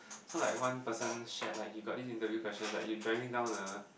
so like one person shared like you got this interview questions like you driving down the